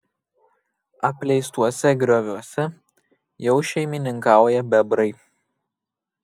apleistuose grioviuose jau šeimininkauja bebrai